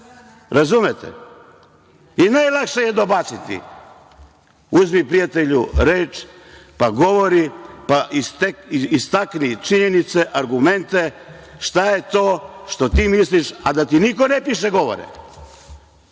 Razumete? Najlakše je dobaciti. Uzmi, prijatelju, reč, pa govori, pa istakni činjenice, argumente, šta je to što ti misliš, a da ti niko ne piše govor.